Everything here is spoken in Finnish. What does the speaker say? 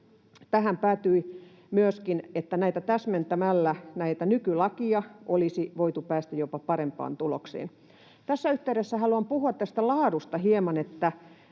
Siihen päädyttiin myöskin, että täsmentämällä nykylakia olisi voitu päästä jopa parempaan tulokseen. Tässä yhteydessä haluan puhua laadusta hieman: